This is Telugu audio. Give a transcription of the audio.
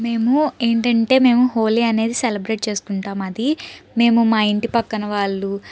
మేము ఏంటంటే మేము హోలీ అనేది సెలబ్రేట్ చేసుకుంటాం అదీ మేము మా ఇంటి పక్కన వాళ్ళు